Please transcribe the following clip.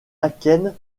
akène